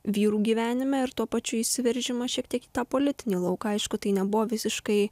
vyrų gyvenime ir tuo pačiu įsiveržimą šiek tiek į tą politinį lauką aišku tai nebuvo visiškai